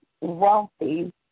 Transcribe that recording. wealthy